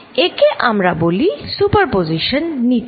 একে আমরা বলি সুপারপজিশন নীতি